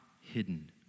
hidden